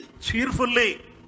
cheerfully